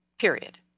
period